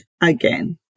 again